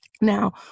Now